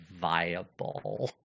viable